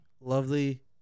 lovely